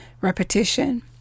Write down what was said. repetition